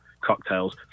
cocktails